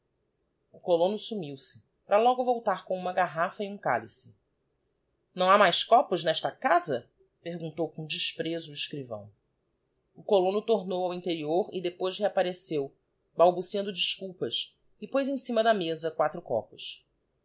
o colono sumiu-se para logo voltar com uma garrafa e um cálice não ha mais copos n'esta casa perguntou com desprezo o escrivão o colono tornou ao interior e depois reapparcceu balbuciando desculpas e poz em cima da me a quatro copos